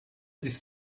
this